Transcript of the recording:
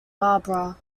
barbara